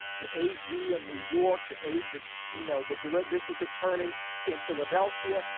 the ag in new york, the a, the, you know, the district district attorney in philadelphia.